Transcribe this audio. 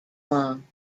long